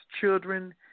children